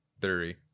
theory